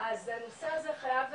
אז הנושא הזה חייב.